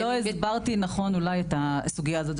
לא הסברתי נכון אולי את הסוגיה הזאת.